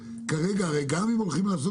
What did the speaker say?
כרגע, הרי גם אם הולכים לעשות